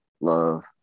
love